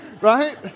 right